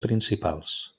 principals